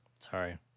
Sorry